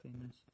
famous